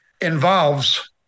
involves